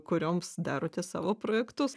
kurioms darote savo projektus